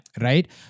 Right